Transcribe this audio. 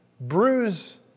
bruise